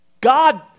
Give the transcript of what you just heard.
God